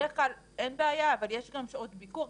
בדרך כלל אין בעיה, אבל יש גם שעות ביקור.